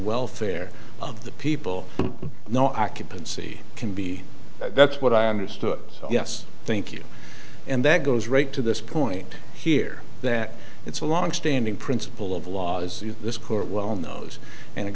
welfare of the people no occupancy can be that's what i understood yes thank you and that goes right to this point here that it's a longstanding principle of law as you this court well knows and it